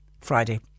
Friday